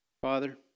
Father